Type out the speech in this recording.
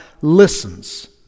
listens